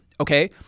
Okay